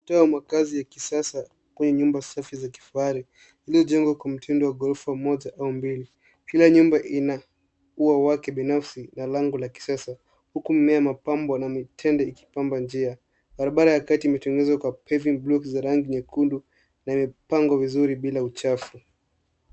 Tawi la makazi ya kisasa lina nyumba seti za kifahari, zilizojengwa kwa mtindo wa ghorofa moja moja. Kila nyumba ina ua wake binafsi na lango la kisasa, likitumia mapambo na mitende iliyopangwa vizuri. Barabara hukati kati ikiwa imewekwa paving blocks za rangi nyekundu, na imepangwa vizuri bila uchafu.